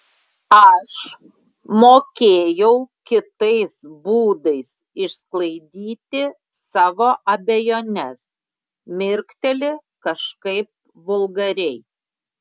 aš mokėjau kitais būdais išsklaidyti savo abejones mirkteli kažkaip vulgariai